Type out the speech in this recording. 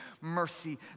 mercy